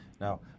Now